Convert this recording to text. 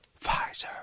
Pfizer